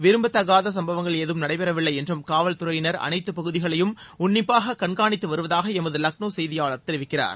விரும்பத்தகாத சும்பவங்கள் ஏதும் நடைபெறவில்லை என்றும் காவல்துறையினர் அனைத்து பகுதிகளையும் உன்னிப்பாக கண்காணித்து வருவதாக எமது லக்னோ செய்தியாளர் தெரிவிக்கிறார்